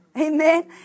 Amen